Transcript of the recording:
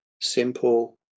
simple